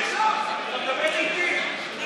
הוא לא מנהל כלום.